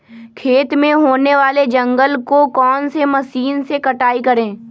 खेत में होने वाले जंगल को कौन से मशीन से कटाई करें?